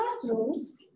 Classrooms